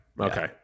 Okay